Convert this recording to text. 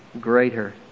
greater